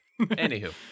Anywho